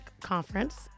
Conference